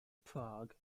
prague